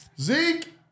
Zeke